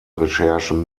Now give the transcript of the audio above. recherchen